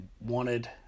wanted